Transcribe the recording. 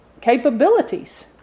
capabilities